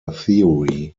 theory